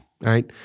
right